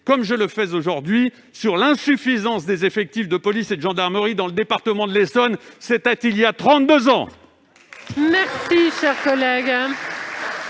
comme je le fais aujourd'hui, sur l'insuffisance des effectifs de police et de gendarmerie dans le département de l'Essonne ! C'était il y a trente-deux ans